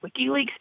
WikiLeaks